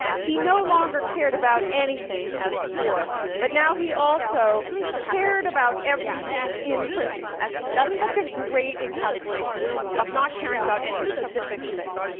he no longer cared about anything as before but now he also cared about everything in principle. that's such a great encapsulation of not caring about any specific thing,